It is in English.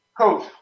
Coach